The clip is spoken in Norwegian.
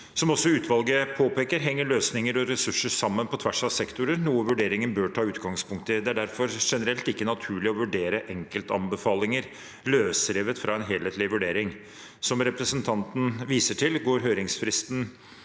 Som også utvalget påpeker, henger løsninger og ressurser sammen på tvers av sektorer, noe vurderingen bør ta utgangspunkt i. Det er derfor generelt ikke naturlig å vurdere enkeltanbefalinger løsrevet fra en helhetlig vurdering. Som representanten viser til, går høringsfristen